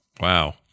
Wow